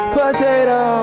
potato